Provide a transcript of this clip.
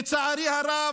לצערי הרב,